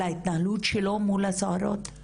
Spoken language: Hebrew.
על ההתנהלות שלו מול הסוהרות?